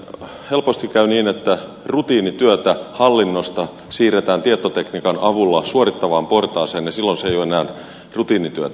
nimittäin helposti käy niin että rutiinityötä hallinnosta siirretään tietotekniikan avulla suorittavaan portaaseen ja silloin se ei ole enää rutiinityötä